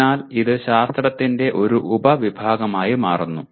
അതിനാൽ ഇത് ശാസ്ത്രത്തിന്റെ ഒരു ഉപവിഭാഗമായി മാറുന്നു